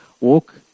walk